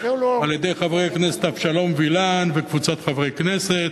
על-ידי חבר הכנסת אבשלום וילן וקבוצת חברי הכנסת.